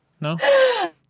No